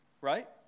right